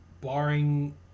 barring